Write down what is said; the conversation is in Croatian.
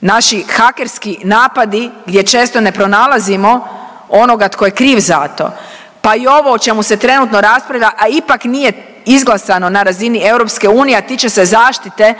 naši hakerski napadi gdje često ne pronalazimo onoga tko je kriv za to, pa i ovo o čemu se trenutno raspravlja, a ipak nije izglasano na razini EU a tiče se zaštite